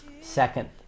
Second